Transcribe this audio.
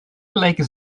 gelijke